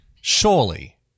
surely